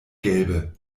gelbe